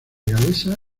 galesa